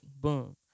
boom